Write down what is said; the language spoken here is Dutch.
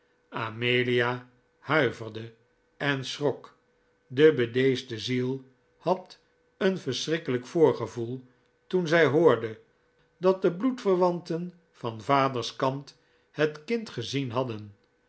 amelia huiverde en schrok de bedeesde ziel had een verschrikkelijk voorgevoel toen zij hoorde dat de bloedverwanten van vaderskant het kind gezien hadden